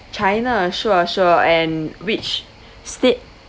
china sure sure and which state